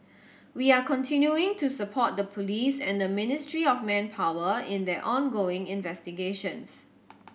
we are continuing to support the police and the Ministry of Manpower in their ongoing investigations